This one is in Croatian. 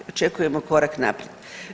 Očekujemo korak naprijed.